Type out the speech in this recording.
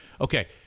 Okay